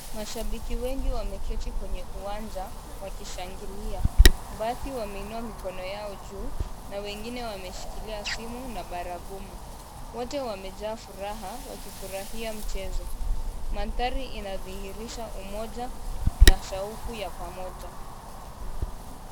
Mashabiki wengi wameketi kwenye uwanja wakishangilia, baadhi wameinua mikono yao juu na wengine wameshikilia simu na baragumu. Wote wamejaa furaha wakifurahia mchezo. Mandhari inadhihirisha umoja na shauku ya pamoja.